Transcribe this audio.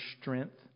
strength